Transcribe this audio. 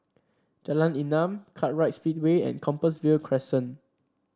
Jalan Enam Kartright Speedway and Compassvale Crescent